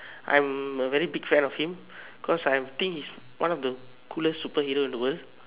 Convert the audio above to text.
I'm a very big fan of him because I think he is one of the coolest superhero in the world